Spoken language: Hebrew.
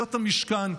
המשכן.